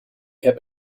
heb